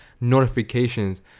notifications